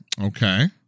Okay